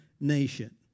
nation